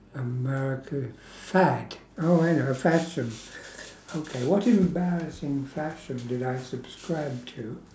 america fad oh I know fashion okay what embarrassing fashion did I subscribe to